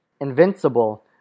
Invincible